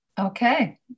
Okay